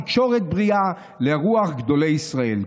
תקשורת בריאה ברוח גדולי ישראל.